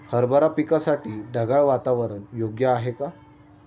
हरभरा पिकासाठी ढगाळ वातावरण योग्य आहे का?